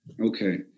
Okay